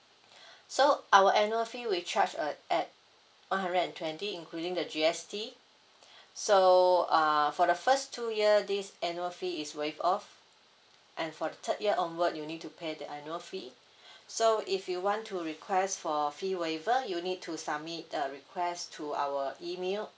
so our annual fee will charge uh at one hundred and twenty including the G_S_T so uh for the first two year this annual fee is waive off and for the third year onward you need to pay the annual fee so if you want to request for free waiver you need to submit a request to our email